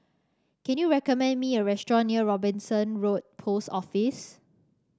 can you recommend me a restaurant near Robinson Road Post Office